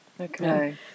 Okay